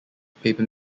paper